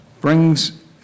brings